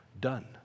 done